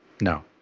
No